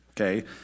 Okay